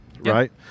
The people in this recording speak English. right